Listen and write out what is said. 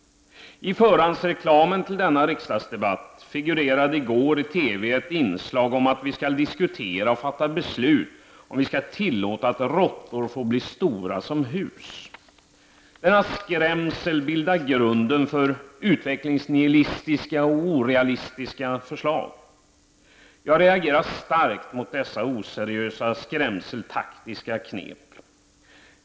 I förhandsreklamen till denna riksdagsdebatt figurerade i går i TV ett inslag om att vi skall diskutera och fatta beslut om vi skall tillåta att råttor får bli stora som hus. Denna skrämsel bildar grunden för utvecklingsnihilistiska och orealistiska förslag. Jag reagerar starkt mot dessa oseriösa skrämseltaktiska knep.